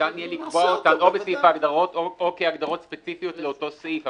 ניתן יהיה לקבוע אותן או בסעיף ההגדרות או כהגדרות ספציפיות לאותו סעיף.